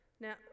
Now